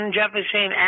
Jefferson